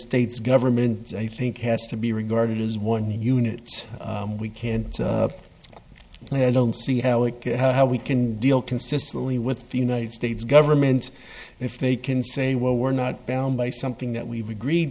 states government i think has to be regarded as one unit we can't i don't see how like how we can deal consistently with the united states government if they can say well we're not bound by something that we've agreed